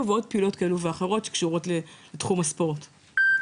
ועוד פעילויות כאלו ואחרות שקשורות לתחום הספורט,